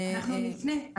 אנחנו נפנה.